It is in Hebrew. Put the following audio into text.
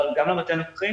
אבל גם למטה הנוכחי